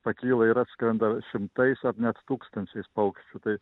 pakyla ir atskrenda šimtais ar net tūkstančiais paukščių tai